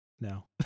no